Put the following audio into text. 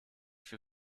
für